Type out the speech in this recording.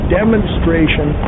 demonstration